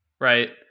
right